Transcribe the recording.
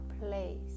place